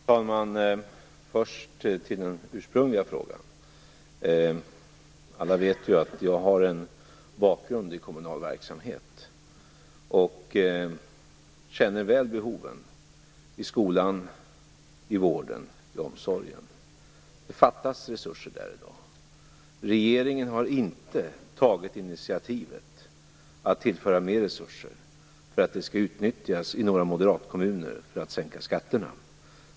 Fru talman! Låt mig först fortsätta med den ursprungliga frågan. Alla vet ju att jag har en bakgrund i kommunal verksamhet, och jag känner väl till behoven i skolan, vården och omsorgen. Det fattas resurser där i dag. Regeringen har inte tagit initiativet att tillföra mer resurser för att detta i några moderatkommuner skall utnyttjas för att sänka skatterna.